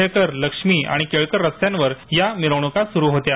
टिळक क्मठेकर लक्ष्मी आणि केळकर रस्त्यांवर या मिरवणका सुरु होत्या